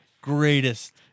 greatest